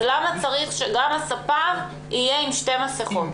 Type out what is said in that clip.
למה צריך שהספר יהיה עם שתי מסכות?